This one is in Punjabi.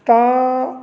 ਤਾਂ